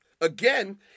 again